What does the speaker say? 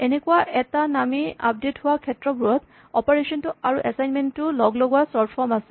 এনেকুৱা একেটা নামেই আপডেট হোৱা ক্ষেত্ৰবোৰত অপাৰেচন টো আৰু এচাইনমেন্ট টো লগলগোৱা চৰ্ট ফৰ্ম আছে